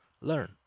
learn